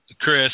Chris